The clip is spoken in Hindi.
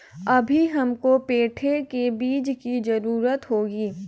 अभी हमको पेठे के बीज की जरूरत होगी